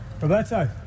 Roberto